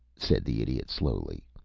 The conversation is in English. said the idiot, slowly,